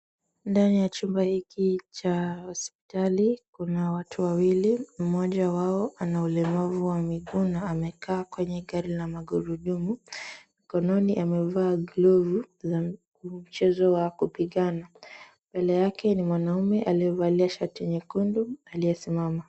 Ndani ya chumba hiki cha hospitali, kuna watu wawili, mmoja wao ana ulemavu wa miguu na amekaa kwenye gari la magurudumu. Mikononi amevaa glovu za mchezo wa kupigana. Mbele yake ni mwanaume aliyevalia shati nyekundu aliyesimama.